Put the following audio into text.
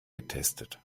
getestet